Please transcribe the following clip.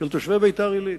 של תושבי ביתר-עילית,